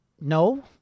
no